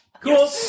Cool